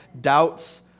doubts